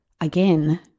again